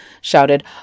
shouted